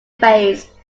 face